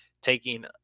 taking